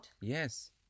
Yes